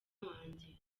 wanjye